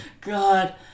god